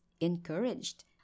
encouraged